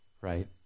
right